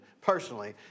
personally